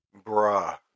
Bruh